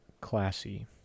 classy